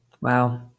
Wow